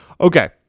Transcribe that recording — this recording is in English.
Okay